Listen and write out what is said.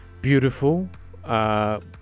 Beautiful